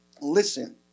Listen